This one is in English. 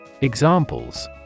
Examples